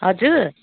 हजुर